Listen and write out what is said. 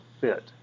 fit